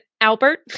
Albert